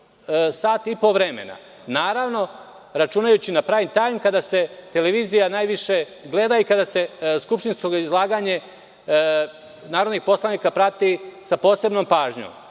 sat i po vremena. Naravno, računajući na prajmtajm kada se televizija najviše gleda i kada se skupštinsko izlaganje narodnih poslanika prati sa posebnom pažnjom. Zbog